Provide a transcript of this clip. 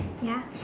ya